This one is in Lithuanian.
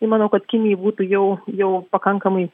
tai manau kad kinijai būtų jau jau pakankamai